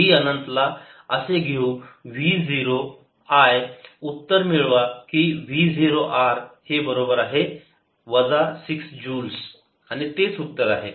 v अनंतला असे घेऊन v 0 I उत्तर मिळवा की v r 0 हे बरोबर आहे वजा 6 जूल्स आणि तेच उत्तर आहे